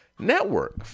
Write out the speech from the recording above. network